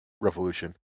Revolution